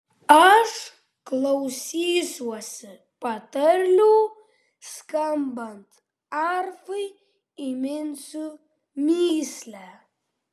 aš klausysiuosi patarlių skambant arfai įminsiu mįslę